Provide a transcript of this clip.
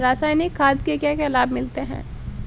रसायनिक खाद के क्या क्या लाभ मिलते हैं?